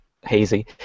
hazy